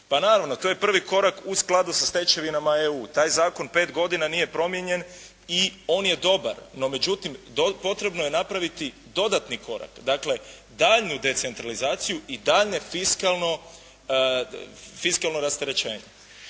Pa naravno, to je prvi korak u skladu sa stečevinama EU. Taj zakon pet godina nije promijenjen i on je dobar. No međutim, potrebno je napraviti dodatni korak. Dakle, daljnju decentralizaciju i daljnje fiskalno rasterećenje.